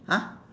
!huh!